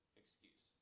excuse